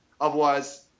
Otherwise